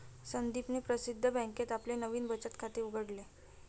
संदीपने प्रसिद्ध बँकेत आपले नवीन बचत खाते उघडले